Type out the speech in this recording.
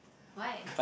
why